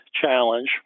challenge